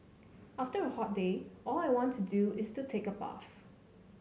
after a hot day all I want to do is the take a bath